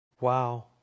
Wow